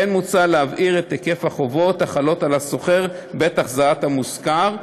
כמו כן מוצע להבהיר את היקף החובות החלות על השוכר בעת החזרת המושכר.